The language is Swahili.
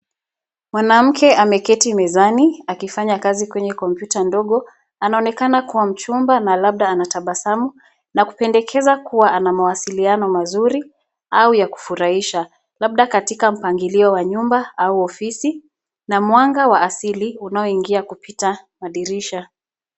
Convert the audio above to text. Mwanamke ameketi mezani akifanya kazi kwenye kompyuta ndogo. Anaonekana kuwa mchumba na labda anatabasamu, na kupendekeza kuwa ana mawasiliano mazuri au ya kufurahisha, labda katika mpangilio wa nyumba au ofisi na mwanga wa asili unaoingia kupita madirisha.